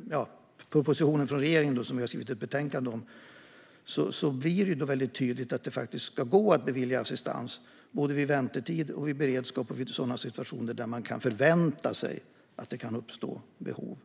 denna proposition från regeringen, som vi har skrivit ett betänkande om, blir det tydligt att det ska gå att bevilja assistans, såväl vid väntetid och beredskap som vid situationer då man kan förvänta sig att det kan uppstå behov.